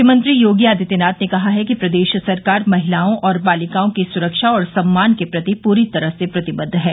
मुख्यमंत्री योगी आदित्यनाथ ने कहा है कि प्रदेश सरकार महिलाओं और बालिकाओं की सुरक्षा और सम्मान के प्रति पूरी तरह से प्रतिबद्व है